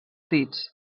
dits